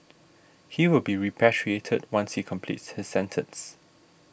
he will be repatriated once he completes his sentence